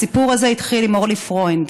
הסיפור הזה התחיל עם אורלי פרוינד.